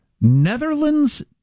Netherlands